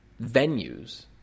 venues